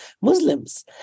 Muslims